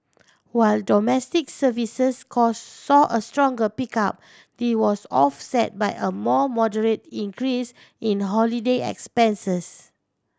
while domestic services cost saw a stronger pickup the was offset by a more moderate increase in holiday expenses